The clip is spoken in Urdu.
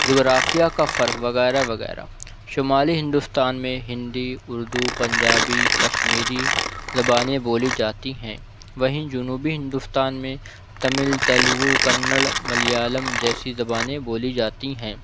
جغرافیہ کا فرق وغیرہ وغیرہ شمالی ہندوستان میں ہندی اردو پنجابی کشمیری زبانیں بولی جاتی ہیں وہیں جنوبی ہندوستان میں تمل تیلگو کنڑ ملیالم جیسی زبانیں بولی جاتی ہیں